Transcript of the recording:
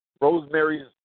Rosemary's